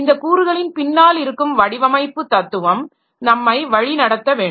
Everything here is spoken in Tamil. இந்த கூறுகளின் பின்னால் இருக்கும் வடிவமைப்பு தத்துவம் நம்மை வழிநடத்த வேண்டும்